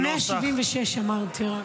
176, אמרתי.